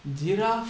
you know